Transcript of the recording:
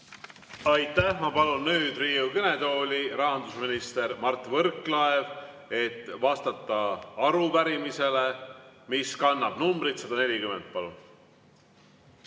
Aitäh! Ma palun nüüd Riigikogu kõnetooli rahandusminister Mart Võrklaeva, et vastata arupärimisele, mis kannab numbrit 140. Palun!